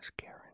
Karen